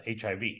HIV